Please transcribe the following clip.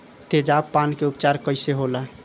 तेजाब पान के उपचार कईसे होला?